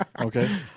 okay